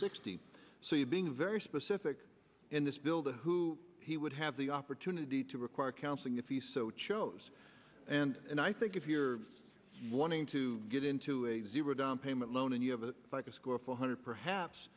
sixty so you being very specific in this bill to who he would have the opportunity to require counseling if he so chose and i think if you're wanting to get into a zero down payment loan and you have it like a square four hundred perhaps